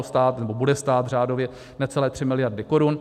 Stát to bude stát řádově necelé 3 mld. korun.